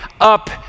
up